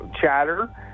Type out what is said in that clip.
chatter